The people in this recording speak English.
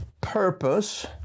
purpose